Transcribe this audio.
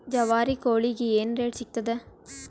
ಜವಾರಿ ಕೋಳಿಗಿ ಏನ್ ರೇಟ್ ಸಿಗ್ತದ?